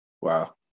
Wow